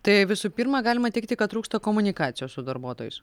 tai visų pirma galima teigti kad trūksta komunikacijos su darbuotojais